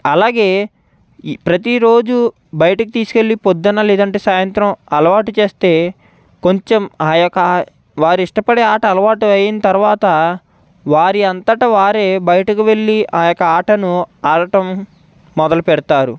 అలాగే ప్రతిరోజూ బయటకు తీసుకు వెళ్లి పొద్దున్న లేదంటే సాయంత్రం అలవాటు చేస్తే కొంచెం ఆ యొక్క వారు ఇష్టపడే ఆట అలవాటు అయిన తరువాత వారి అంతటా వారే బయటకు వెళ్లి ఆ యొక్క ఆటను ఆడటం మొదలు పెడతారు